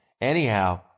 anyhow